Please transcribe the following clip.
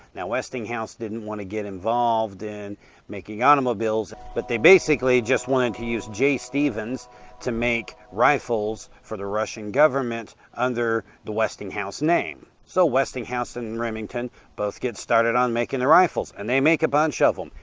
now westinghouse didn't want to get involved in making automobiles. but they basically just wanted to use j. stevens to make rifles for the russian government under the westinghouse name. so westinghouse and and remington both get started on making the rifles. and they make a bunch of them.